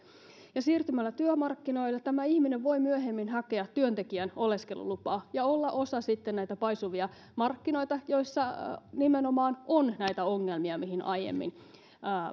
ja siirtymällä työmarkkinoille tämä ihminen voi myöhemmin hakea työntekijän oleskelulupaa ja olla sitten osa näitä paisuvia markkinoita joissa nimenomaan on näitä ongelmia mihin aiemmin